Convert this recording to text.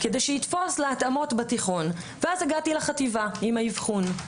'כדי שיתפוס להתאמות בתיכון' ואז הגעתי לחטיבה עם האבחון.